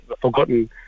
forgotten